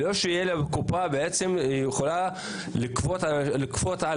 לא שתהיה לקופה בעצם היא יכולה לכפות על